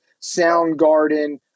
Soundgarden